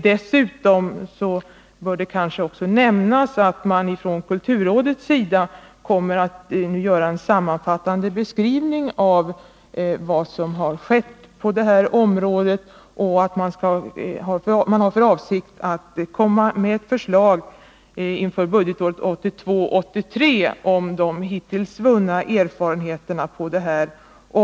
Dessutom bör det kanske också nämnas att man från kulturrådets sida kommer att göra en sammanfattande beskrivning av vad som har skett sedan dess. Kulturrådet har för avsikt att inför budgetåret 1982/83 lägga fram ett förslag på grundval av de hittills vunna erfarenheterna.